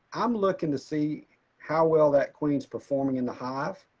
i'm looking to see how well that queen s performing in the hive,